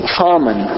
common